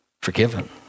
forgiven